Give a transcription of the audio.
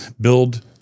build